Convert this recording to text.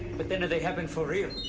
but then they happen for real.